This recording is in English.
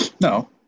No